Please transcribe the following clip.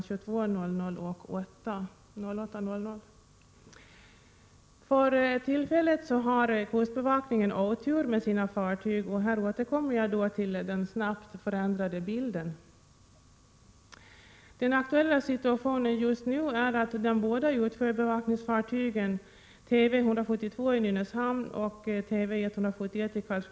22.00 och 08.00. För tillfället har kustbevakningen otur med sina fartyg — här återkommer jag till den snabbt föränderliga bilden. Den aktuella situationen just nu är att de båda utsjöbevakningsfartygen TV 172 i Nynäshamn och TV 171 i 55 Prot.